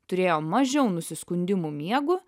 turėjo mažiau nusiskundimų miegu